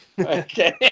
Okay